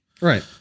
Right